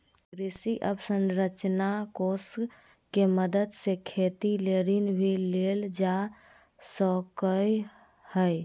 कृषि अवसरंचना कोष के मदद से खेती ले ऋण भी लेल जा सकय हय